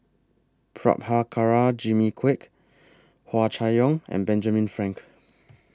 Prabhakara Jimmy Quek Hua Chai Yong and Benjamin Frank